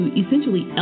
essentially